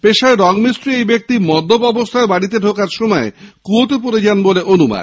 পেশায় রং মিস্ত্রী ওই ব্যক্তি মদ্যপ অবস্হায় বাড়িতে ঢোকার সময় কুয়োতে পড়ে যায় বলে অনুমান